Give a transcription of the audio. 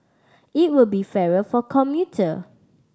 it will be fairer for commuter